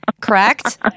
correct